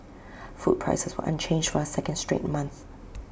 food prices were unchanged for A second straight month